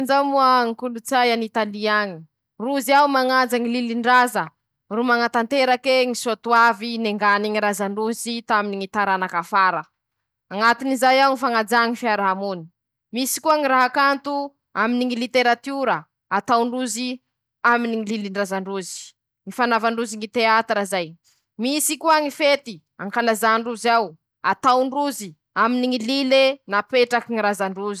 Aminy ñy tomobily teña manoka noho ñy tomobily fandesa ñolo maro: -ñy tomobily fandesa olo maro ñahy ñy tiako andehanafotony; añy teña mahita fañabeza maro ro sady mba mifanerasera aminy ñolo maro aminy ñy fiaiña tsy fahita teña isanandro.